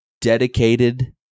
dedicated